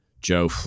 Joe